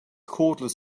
cordless